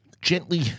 gently